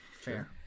Fair